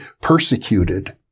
persecuted